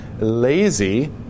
lazy